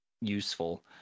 useful